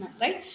right